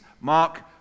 Mark